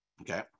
okay